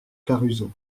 caruso